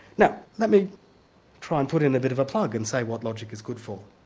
now, let me try and put in a bit of a plug and say what logic is good for.